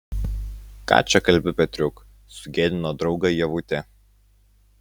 ką čia kalbi petriuk sugėdino draugą ievutė